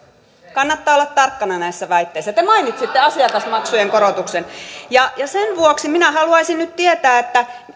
kannattaa olla tarkkana näissä väitteissä te mainitsitte asiakasmaksujen korotuksen sen vuoksi minä haluaisin nyt tietää